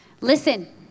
Listen